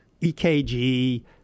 EKG